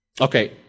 okay